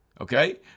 Okay